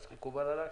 זה מקובל עלייך?